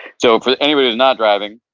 so for anybody who's not driving,